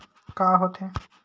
का होथे?